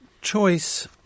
choice